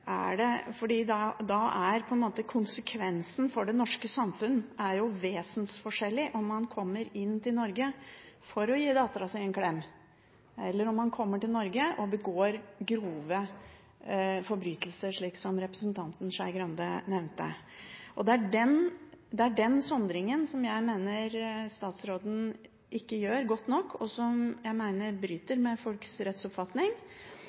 Konsekvensen for det norske samfunn er vesensforskjellig om man kommer inn til Norge for å gi datteren sin en klem eller om man kommer til Norge og begår grove forbrytelser, slik representanten Skei Grande nevnte. Det er den sondringen jeg mener statsråden ikke gjør godt nok, og som jeg mener bryter med folks rettsoppfatning.